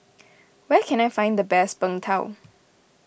where can I find the best Png Tao